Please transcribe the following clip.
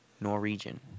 Norwegian